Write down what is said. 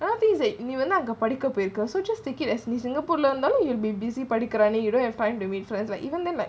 நீவந்துஅங்கபடிக்கபோயிருக்க: ni vandhu anga padiga poiirukka because so just take it as the singapore law why don't you'll be busy running you don't have find the way so as when even then like